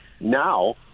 now